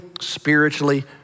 spiritually